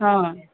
ହଁ